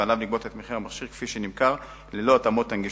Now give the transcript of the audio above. ועליו לגבות את מחיר המכשיר כפי שנמכר ללא התאמות הנגישות,